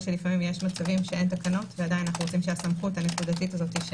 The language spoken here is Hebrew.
כי לפעמים אין תקנות ואנחנו רוצים שהסמכות תישאר.